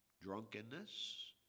drunkenness